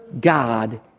God